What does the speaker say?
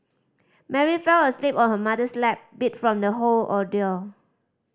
Mary fell asleep on her mother's lap beat from the whole ordeal